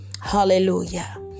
Hallelujah